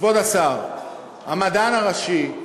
כבוד השר, המדען הראשי,